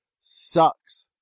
sucks